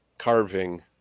carving